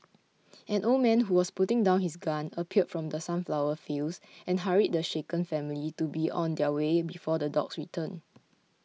an old man who was putting down his gun appeared from the sunflower fields and hurried the shaken family to be on their way before the dogs return